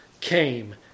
came